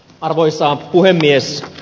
arvoisa puhemies